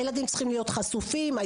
הילדים צריכים להיות חשופים לכך,